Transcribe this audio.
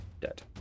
dead